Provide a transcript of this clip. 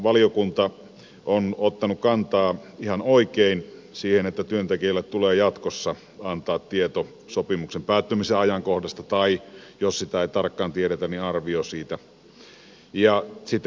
valiokunta on ottanut kantaa ihan oikein siihen että työntekijälle tulee jatkossa antaa tieto sopimuksen päättymisen ajankohdasta tai jos sitä ei tarkkaan tiedetä arvio siitä